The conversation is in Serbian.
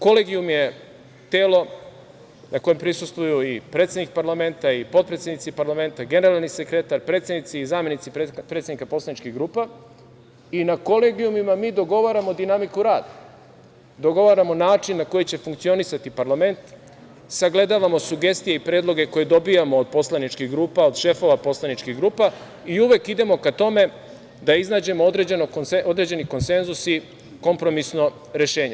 Kolegijum je telo na kojem prisustvuju i predsednik parlamenta i potpredsednici parlamenta, generalni sekretar, predsednici i zamenici predsednika poslaničkih grupa i na kolegijumima mi dogovaramo dinamiku rada, dogovaramo način na koji će funkcionisati parlament, sagledavamo sugestije i predloge koje dobijamo od poslaničkih grupa, od šefova poslaničkih grupa i uvek idemo ka tome da iznađemo određeni konsenzus i kompromisno rešenje.